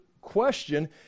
question